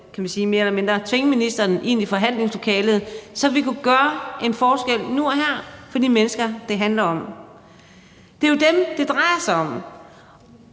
kan man sige, mere eller mindre kunne tvinge ministeren ind i forhandlingslokalet, så vi kunne gøre en forskel nu og her for de mennesker, det handler om. Det er jo dem, det drejer sig om.